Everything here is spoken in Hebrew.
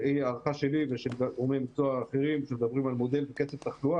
היא נקלעה לקשיים תקציביים מאוד קשים בעקבות הקורונה.